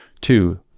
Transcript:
Two